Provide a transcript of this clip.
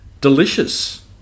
delicious